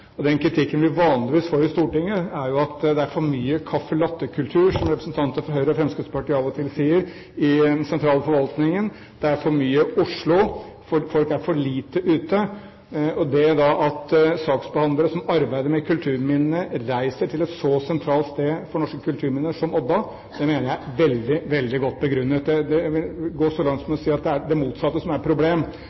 Den kritikken vi vanligvis får i Stortinget, er at det er for mye caffè latte-kultur, som representanter for Høyre og Fremskrittspartiet av og til sier, i den sentrale forvaltningen, at det er for mye Oslo, og at folk er for lite ute. At saksbehandlere som arbeider med kulturminner, reiser til et så sentralt sted for norske kulturminner som Odda, mener jeg er veldig godt begrunnet. Jeg vil gå så langt som å si at det er det motsatte som er